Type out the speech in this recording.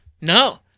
No